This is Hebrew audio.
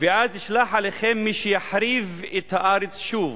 ואז אשלח אליכם מי שיחריב את הארץ שוב.